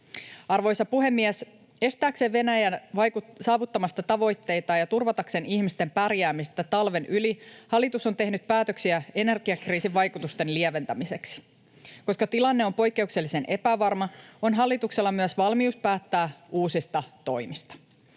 Arvoisa puhemies! Estääkseen Venäjää saavuttamasta tavoitteitaan ja turvatakseen ihmisten pärjäämistä talven yli hallitus on tehnyt päätöksiä energiakriisin vaikutusten lieventämiseksi. Koska tilanne on poikkeuksellisen epävarma, on hallituksella myös valmius päättää uusista toimista.